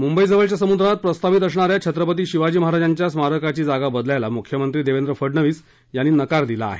मुंबईजवळच्या समुद्रात प्रस्तावित असणा या छत्रपती शिवाजी महाराजांच्या स्मारकाची जागा बदलायला मुख्यमंत्री देवेंद्र फडणवीस यांनी नकार दिला आहे